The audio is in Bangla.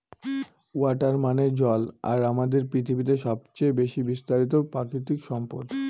ওয়াটার মানে জল আর আমাদের পৃথিবীতে সবচেয়ে বেশি বিস্তারিত প্রাকৃতিক সম্পদ